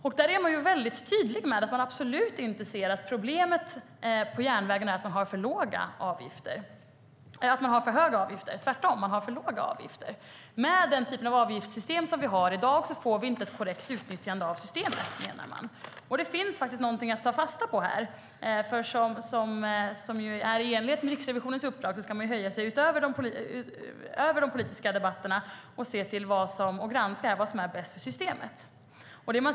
I granskningen är Riksrevisionen tydlig med att man absolut inte anser att problemet på järnvägarna är för höga avgifter. Tvärtom är avgifterna för låga. Med den typen av avgiftssystem som finns i dag blir det inte ett korrekt utnyttjande av systemet, menar man. Det finns faktiskt någonting att ta fasta på här. I enlighet med Riksrevisionens uppdrag ska man höja sig över de politiska debatterna och granska vad som är bäst för systemet.